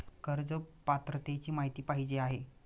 कर्ज पात्रतेची माहिती पाहिजे आहे?